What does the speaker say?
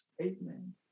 Amen